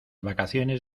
vacaciones